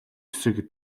хэсэг